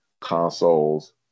Consoles